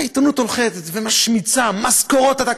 והעיתונות הולכת ומשמיצה, משכורות עתק.